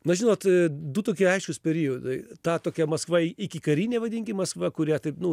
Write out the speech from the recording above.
na žinot du tokie aiškūs periodai ta tokia maskva ikikarinė vadinkim maskva kurią taip nu